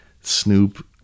Snoop